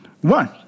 one